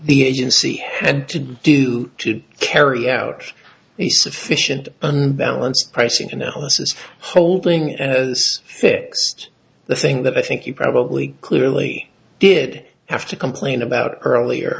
the agency had to do to carry out a sufficient unbalanced pricing analysis holding and this fixed the thing that i think you probably clearly did have to complain about earlier